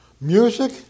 Music